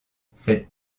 cette